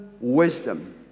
wisdom